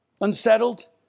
unsettled